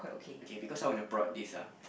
okay because I want to prod this ah